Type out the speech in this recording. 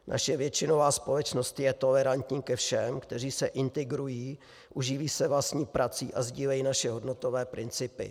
Naše většinová společnost je tolerantní ke všem, kteří se integrují, uživí se vlastní prací a sdílejí naše hodnotové principy.